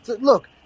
Look